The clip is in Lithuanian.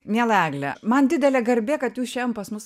miela egle man didelė garbė kad jūs šiandien pas mus